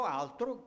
altro